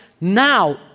now